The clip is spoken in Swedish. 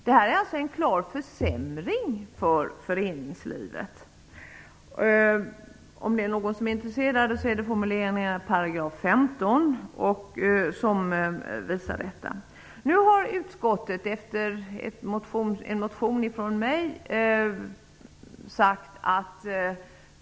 Det är alltså en klar försämring för föreningslivet. -- För den händelse någon är intresserad av det är det formuleringarna i 15 § jag nu talar om.